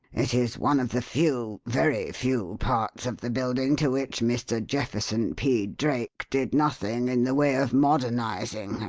it is one of the few, very few, parts of the building to which mr. jefferson p. drake did nothing in the way of modernizing,